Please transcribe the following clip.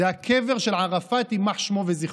זה הקבר של ערפאת, יימח שמו וזכרו.